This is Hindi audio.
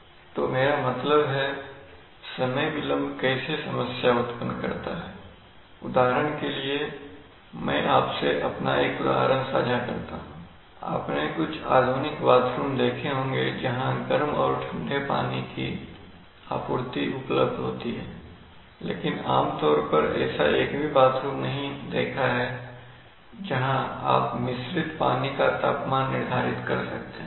तो मेरा मतलब है समय विलंब कैसे समस्या उत्पन्न करता हैं उदाहरण के लिए मैं आपसे अपना एक उदाहरण साझा करना चाहता हूं आपने कुछ आधुनिक बाथरूम देखे होंगे जहां गर्म और ठंडे पानी की आपूर्ति उपलब्ध होती है लेकिन आमतौर पर मैंने ऐसा एक भी बाथरूम नहीं देखा है जहां आप मिश्रित पानी का तापमान निर्धारित कर सकते हैं